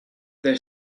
their